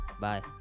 bye